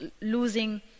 losing